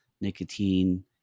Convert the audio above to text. nicotine